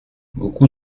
beaucoup